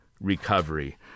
recovery